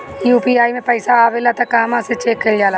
UPI मे पइसा आबेला त कहवा से चेक कईल जाला?